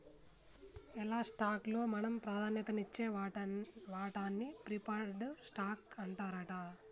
ఎలా స్టాక్ లో మనం ప్రాధాన్యత నిచ్చే వాటాన్ని ప్రిఫర్డ్ స్టాక్ అంటారట